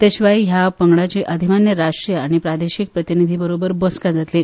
तशेंच ह्या पंगडाची अधिमान्य राष्ट्रीय आनी प्रादेशीक प्रतिनिधी बरोबर बसका जातली